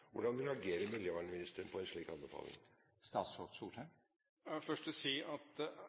Hvordan reagerer miljøvernministeren på en slik anbefaling? Først vil jeg si at